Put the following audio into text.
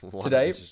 today